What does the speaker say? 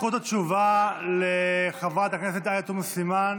זכות התשובה לחברת הכנסת עאידה תומא סלימאן,